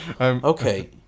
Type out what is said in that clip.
Okay